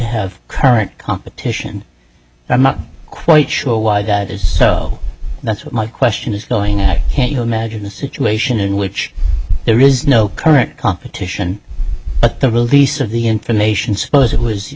have current competition i'm not quite sure why that is so that's my question is going ask can you imagine a situation in which there is no current competition but the release of the information suppose it was you